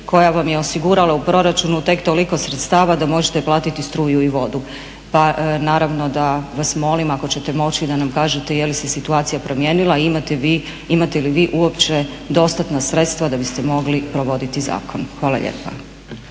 koja vam je osigurala u proračunu tek toliko sredstava da možete platiti struju i vodu. Pa naravno da vas molim ako ćete moći da nam kažete je li se situacija promijenila, imate li vi uopće dostatna sredstva da biste mogli provoditi zakon. Hvala lijepa.